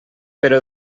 però